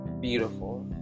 Beautiful